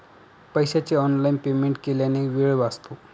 पैशाचे online payment केल्याने वेळ वाचतो